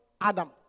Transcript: Adam